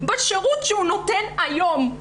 בשירות שהוא נותן היום.